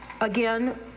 again